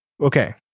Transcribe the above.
okay